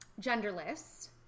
genderless